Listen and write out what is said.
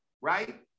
right